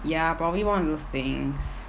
ya probably one of those things